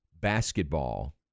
basketball